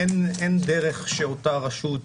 אין סיבה שאותה רשות